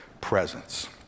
presence